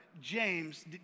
James